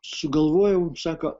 sugalvojau sako